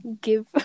Give